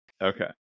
Okay